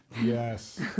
Yes